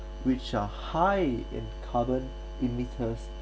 which are high in carbon emitters